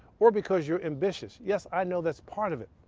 or because you're ambitious. yes, i know. that's part of it.